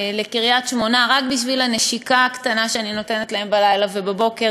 לקריית-שמונה רק בשביל הנשיקה הקטנה שאני נותנת להם בלילה ובבוקר,